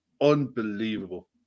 unbelievable